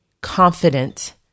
confident